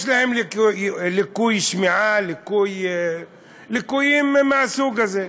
יש להם ליקוי שמיעה, ליקויים מהסוג הזה.